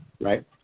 right